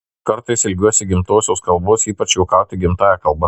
kartais ilgiuosi gimtosios kalbos ypač juokauti gimtąja kalba